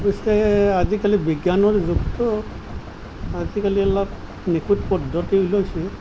অৱশ্যে আজিকালি বিজ্ঞানৰ যুগতো আজিকালি অলপ নিখুঁট পদ্ধতি ওলাইছে